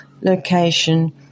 location